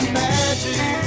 magic